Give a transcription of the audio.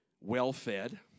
well-fed